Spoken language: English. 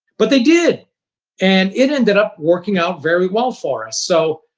but they did and it ended up working out very well for us. so